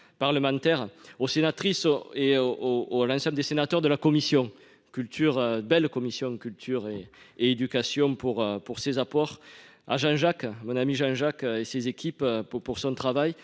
parlementaire au sénatrice Au et o l'ensemble des sénateurs de la commission culture belle commission Culture et éducation pour pour ses apports à Agen Jacques mon ami Jean-Jack et ses équipes pour pour son travail.